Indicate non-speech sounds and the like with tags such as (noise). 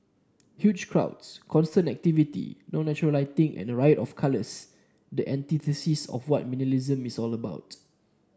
huge crowds constant activity no natural lighting and a riot of colours the antithesis of what (unintelligible) miss all about